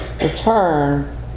return